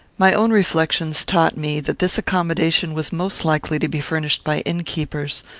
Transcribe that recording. my own reflections taught me, that this accommodation was most likely to be furnished by innkeepers,